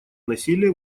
насилия